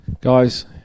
Guys